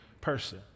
person